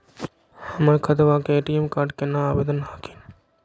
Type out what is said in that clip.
हमर खतवा के ए.टी.एम कार्ड केना आवेदन हखिन?